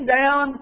down